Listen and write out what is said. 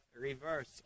reverse